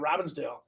Robbinsdale